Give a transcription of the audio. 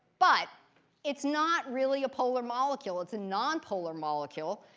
but it's not really a polar molecule. it's a non-polar molecule,